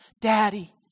Daddy